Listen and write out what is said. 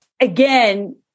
Again